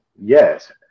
Yes